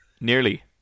Nearly